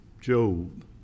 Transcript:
Job